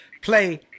play